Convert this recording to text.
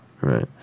right